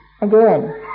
again